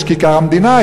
יש כיכר-המדינה,